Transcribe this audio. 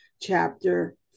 chapter